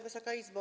Wysoka Izbo!